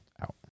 Out